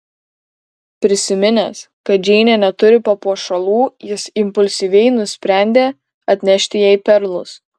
prisiminęs kad džeinė neturi papuošalų jis impulsyviai nusprendė atnešti jai perlus